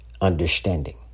understanding